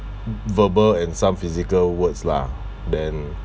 v~ verbal and some physical words lah then